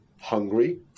hungry